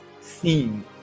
seen